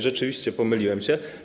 Rzeczywiście pomyliłem się.